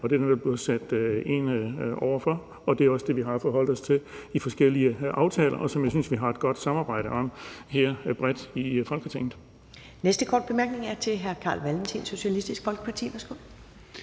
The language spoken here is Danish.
og det er der netop blevet sat ind over for. Det er også det, som vi har forholdt os til i forskellige aftaler, og som jeg synes vi har et godt samarbejde om her bredt i Folketinget. Kl. 10:32 Første næstformand (Karen Ellemann): Den næste korte bemærkning er til hr. Carl Valentin, Socialistisk Folkeparti.